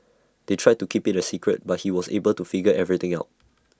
they tried to keep IT A secret but he was able to figure everything out